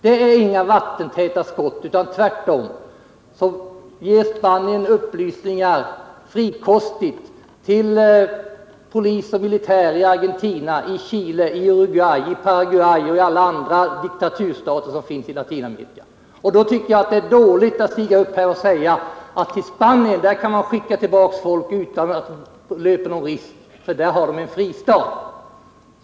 Här finns inga vattentäta skott utan tvärtom lämnar Spanien frikostigt upplysningar till polis och militär i Argentina, Chile, Uruguay, Paraguay och alla andra diktaturer som finns i Latinamerika. Jag tycker därför att det är dåligt att här stiga upp och säga att man utan vidare kan skicka tillbaka folk till Spanien utan att de löper någon risk, för där har de en fristad.